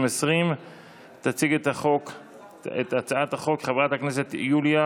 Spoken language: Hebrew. אני מוסיף את חברת הכנסת עאידה